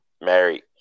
married